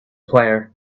player